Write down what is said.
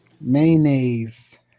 Mayonnaise